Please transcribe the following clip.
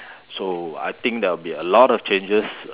so I think there will be a lot of changes